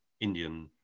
Indian